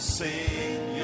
sing